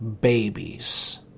babies